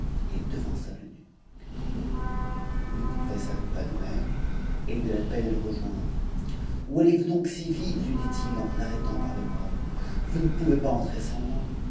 et devança l'eunuque l l'eunuque pressa le pas de même et eut de la peine à le rejo où allez-vous donc si vite lui dit-il en l'arrêtant par c bras v pas entrer sans moi